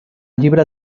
llibre